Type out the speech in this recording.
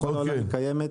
בכל העולם היא קיימת,